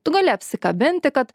tu gali apsikabinti kad